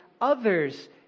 others